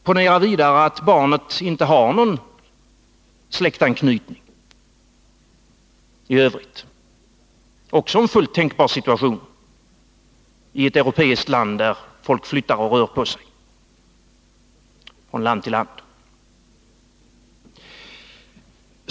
Ponera vidare att barnet inte har någon släktanknytning i övrigt, också en fullt tänkbar situation i ett Europa där människor flyttar från land till land.